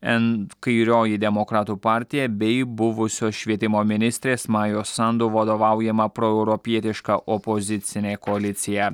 en kairioji demokratų partija bei buvusios švietimo ministrės majos andu vadovaujama proeuropietiška opozicinė koalicija